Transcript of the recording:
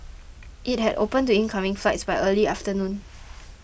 it had opened to incoming flights by early afternoon